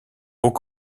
aux